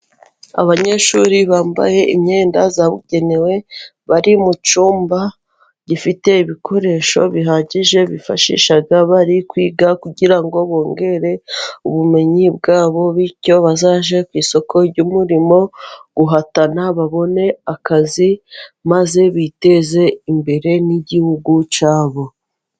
Abanyeshuri bambaye imyenda yabugenewe, bari mu cyumba gifite ibikoresho bihagije, bifashisha bari kwiga kugira ngo bongere ubumenyi bwabo, bityo bazajye ku isoko ry'umurimo guhatana, babone akazi maze biteze imbere n'igihugu cyabo.